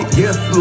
yes